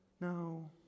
no